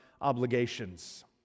obligations